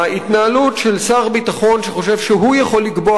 ההתנהלות של שר ביטחון שחושב שהוא יכול לקבוע